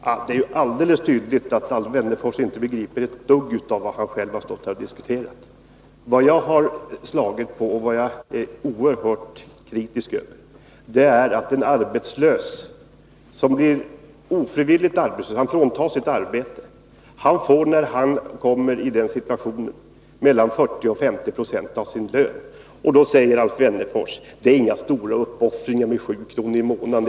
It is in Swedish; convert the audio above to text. Herr talman! Det är ju alldeles tydligt att Alf Wennerfors inte begriper ett dugg av vad han själv har stått här och talat om. Vad jag är oerhört kritisk mot är att en person som ofrivilligt blivit arbetslös får bara mellan 40 och 50 96 av sin lön. Då säger Alf Wennerfors att det inte är några stora uppoffringar, eftersom det rör sig om 7 kr. i månaden.